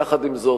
יחד עם זאת,